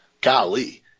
Golly